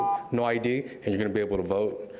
no id, and you're gonna be able to vote.